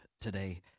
today